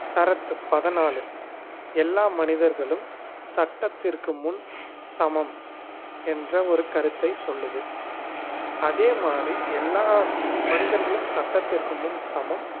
சரத்து பதினாலு எல்லா மனிதர்களும் சட்டத்திற்கு முன் சமம் என்ற ஒரு கருத்தை சொல்லுது அதேமாதிரி எல்லா ஸ் மனிதர்களும் சட்டத்திற்கு முன் சமம்